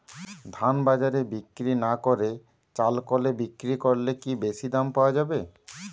ধান বাজারে বিক্রি না করে চাল কলে বিক্রি করলে কি বেশী দাম পাওয়া যাবে?